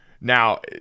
Now